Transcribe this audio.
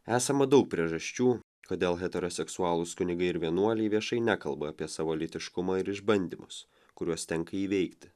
esama daug priežasčių kodėl heteroseksualūs kunigai ir vienuoliai viešai nekalba apie savo lytiškumą ir išbandymus kuriuos tenka įveikti